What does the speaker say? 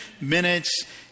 minutes